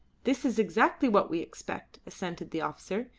this is exactly what we expect, assented the officer.